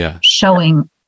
showing